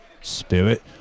Spirit